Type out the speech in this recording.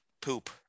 poop